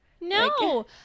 No